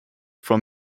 from